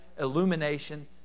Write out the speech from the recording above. illumination